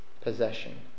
possession